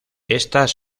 estas